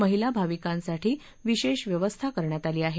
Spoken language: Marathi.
महिला भाविकांसाठी विशेष व्यवस्था करण्यात आली आहे